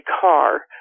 car